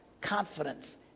confidence